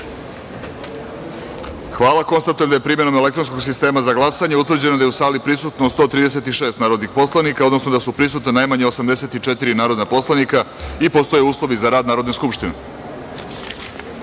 Hvala. Konstatujem da je, primenom elektronskog sistema za glasanje, utvrđeno da je u sali prisutno 136 narodnih poslanika, odnosno da su prisutna najmanje 84 narodna poslanika i postoje uslovi za rad Narodne skupštine. Da